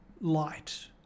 light